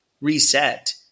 reset